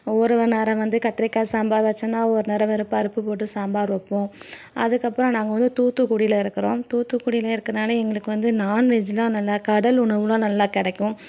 ஒவ்வொரு நேரம் வந்து கத்திரிக்காய் சாம்பார் வெச்சோம்னால் ஒரு நேரம் வெறும் பருப்பு போட்டு சாம்பார் வைப்போம் அதுக்கப்புறம் நாங்கள் வந்து தூத்துக்குடியில் இருக்கிறோம் தூத்துக்குடியில் இருக்கறனால எங்களுக்கு வந்து நான்வெஜ்னால் நல்லா கடல் உணவெலாம் நல்லா கிடைக்கும்